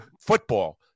Football